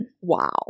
Wow